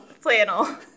flannel